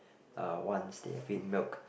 uh once they've been milked